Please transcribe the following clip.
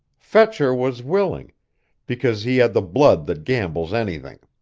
fetcher was willing because he had the blood that gambles anything.